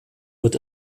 wird